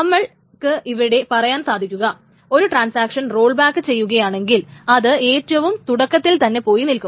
നമ്മൾക്ക് ഇവിടെ പറയാൻ സാധിക്കുക ഒരു ട്രാൻസാക്ഷൻ റോൾ ബാക്ക് ചെയ്യുകയാണെങ്കിൽ അത് ഏറ്റവും തുടക്കത്തിൽതന്നെ പോയി നിൽക്കും